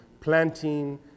planting